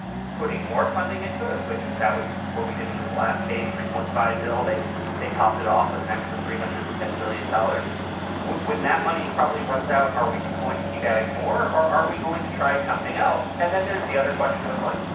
putting more funding into it. which. that was what we did in this last phase three point five bill. they they topped it off with an extra three hundred and ten billion dollars when that money probably runs out. are we going to keep adding more? or are we going to try something else? and then there's the other question of like,